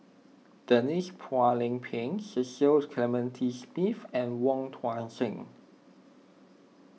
Denise Phua Lay Peng Cecil Clementi Smith and Wong Tuang Seng